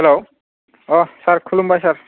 hello sir खुलुमबाय सार